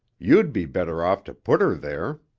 you'd be better off to put her there.